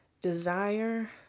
Desire